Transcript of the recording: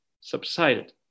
subsided